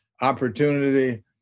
opportunity